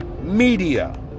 media